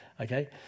Okay